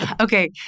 okay